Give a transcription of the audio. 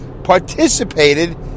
participated